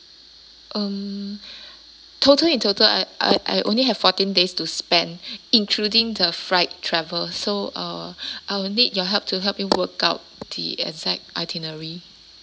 um total in total I I I only have fourteen days to spend including the flight travel so uh I would need your help to help me work out the exact itinerary